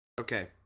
Okay